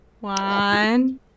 One